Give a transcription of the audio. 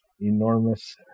enormous